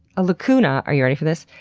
a lacuna, are you ready for this?